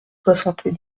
soixante